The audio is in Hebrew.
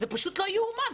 זה פשוט לא יאומן.